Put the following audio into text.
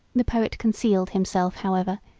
the poet concealed himself, however,